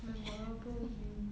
memorable meal